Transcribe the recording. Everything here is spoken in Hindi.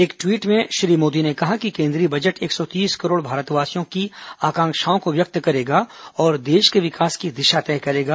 एक ट्वीट में श्री मोदी ने कहा कि केन्द्रीय बजट एक सौ तीस करोड़ भारतवासियों की आकांक्षाओं को व्यक्त करेगा और देश के विकास की दिशा तय करेगा